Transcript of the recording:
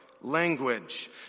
language